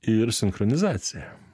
ir sinchronizacija